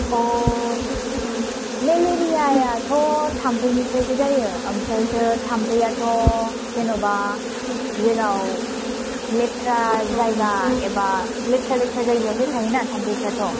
अ' मेलेरियायाथ' थामफैनिफ्रायसो जायो ओमफ्रायसो थामफैयाथ' जेनेबा जेराव लेथ्रा जायगा एबा लेथ्रा लेथ्रा जायगायावसो थायोना थामफैफ्राथ'